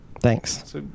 thanks